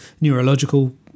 neurological